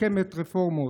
רוקמת רפורמות.